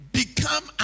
become